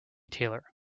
taylor